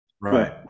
Right